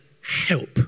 help